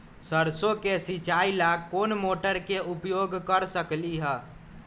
सरसों के सिचाई ला कोंन मोटर के उपयोग कर सकली ह?